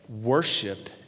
worship